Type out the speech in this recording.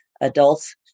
adults